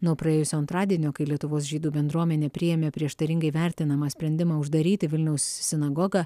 nuo praėjusio antradienio kai lietuvos žydų bendruomenė priėmė prieštaringai vertinamą sprendimą uždaryti vilniaus sinagogą